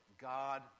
God